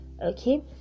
okay